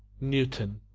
newton